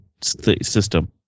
system